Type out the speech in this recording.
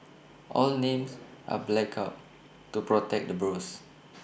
all the names are blacked out to protect the blues